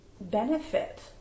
benefit